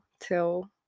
till